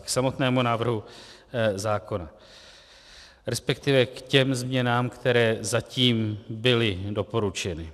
K samotnému návrhu zákona, resp. k těm změnám, které zatím byly doporučeny.